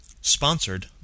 sponsored